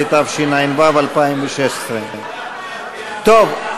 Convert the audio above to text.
18), התשע"ו 2016. טוב,